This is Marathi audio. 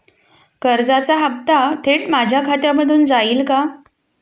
कर्जाचा हप्ता थेट माझ्या खात्यामधून जाईल का?